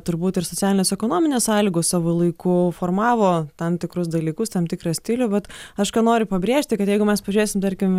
turbūt ir socialinės ekonominės sąlygos savo laiku formavo tam tikrus dalykus tam tikrą stilių vat aš ką noriu pabrėžti kad jeigu mes pažiūrėsim tarkim